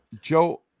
Joe